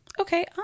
Okay